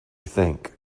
think